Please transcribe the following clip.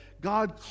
God